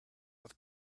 with